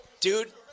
Dude